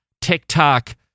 TikTok